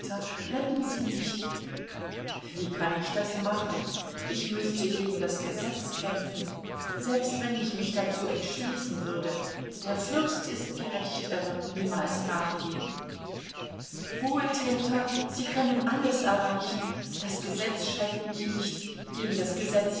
retten sie mich wie kann ich das machen ich müßte gegen das gesetz kämpfen selbst wenn ich mich dazu entschließen würde der fürst ist gerecht er wird niemals nachgeben wohltäter sie können alles erreichen das gesetz schreckt mich nicht